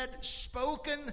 spoken